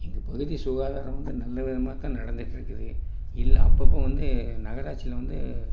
எங்கள் பகுதி சுகாதாரம்ன்னு நல்ல விதமாக தான் நடந்துகிட்டு இருக்குது இல்லை அப்பப்போ வந்து நகராட்சியில வந்து